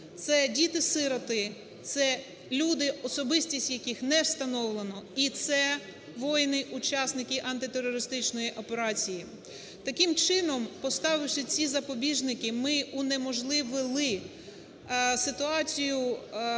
Це діти-сироти, це люди, особистість яких не встановлена, і це воїни, учасники антитерористичної операції. Таким чином, поставивши ці запобіжники, ми унеможливили ситуацію,